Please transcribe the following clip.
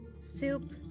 Soup